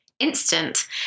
instant